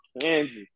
Kansas